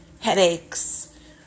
headaches